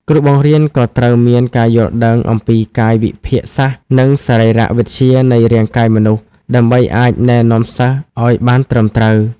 គ្រូបង្រៀនក៏ត្រូវមាន ការយល់ដឹងអំពីកាយវិភាគសាស្ត្រ និងសរីរវិទ្យានៃរាងកាយមនុស្ស ដើម្បីអាចណែនាំសិស្សឱ្យបានត្រឹមត្រូវ។